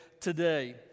today